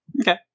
Okay